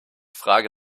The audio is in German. frage